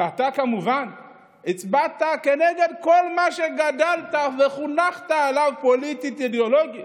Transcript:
ואתה כמובן הצבעת נגד כל מה שגדלת וחונכת עליו פוליטית ואידיאולוגית,